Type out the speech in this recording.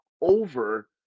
over